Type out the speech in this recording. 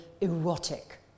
erotic